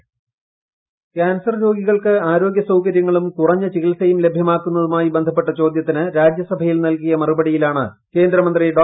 ഒരു report cancer രോഗികൾക്ക് ആരോഗൃ സൌകര്യങ്ങളും കുറഞ്ഞ ചികിത്സയും ലഭ്യമാക്കുന്നതുമായി സംബന്ധിച്ച ചോദ്യത്തിന് രാജ്യസഭയിൽ നൽകിയ മറുപടിയിലാണ് കേന്ദ്രമന്ത്രി ഡോ